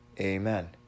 Amen